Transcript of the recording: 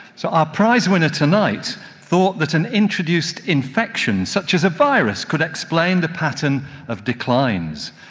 so our prize-winner tonight thought that an introduced infection such as a virus could explain the pattern of declines.